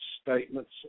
statements